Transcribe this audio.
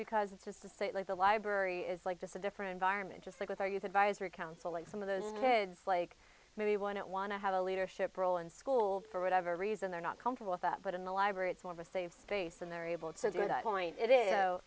because it's a state like the library is like just a different environment just like with our youth advisory council and some of those kids like me want it want to have a leadership role in school for whatever reason they're not comfortable with that but in the library it's more of a safe space and they're able to do it i point it is